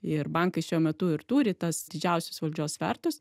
ir bankai šiuo metu ir turi tas didžiausius valdžios svertus